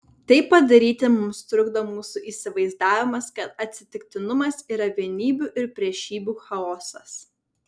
tai padaryti mums trukdo mūsų įsivaizdavimas kad atsitiktinumas yra vienybių ir priešybių chaosas